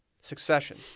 Succession